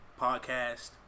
podcast